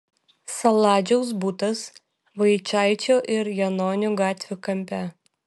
saladžiaus butas vaičaičio ir janonių gatvių kampe